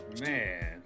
man